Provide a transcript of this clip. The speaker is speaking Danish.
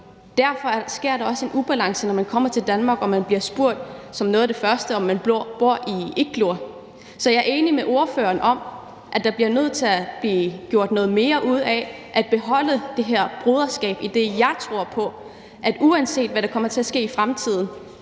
derfor også sker en ubalance, når man kommer til Danmark og man som noget af det første bliver spurgt, om man bor i igloer. Så jeg er enig med ordføreren i, at der bliver nødt til at blive gjort noget mere ud af at beholde det her broderskab, idet jeg tror på, at vi, uanset hvad der kommer til at ske i fremtiden,